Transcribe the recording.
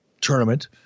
tournament